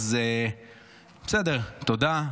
בסדר, תודה.